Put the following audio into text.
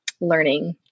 learning